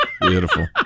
Beautiful